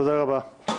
תודה רבה.